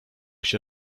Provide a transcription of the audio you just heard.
się